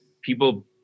people